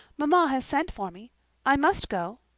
mamma has sent for me i must go.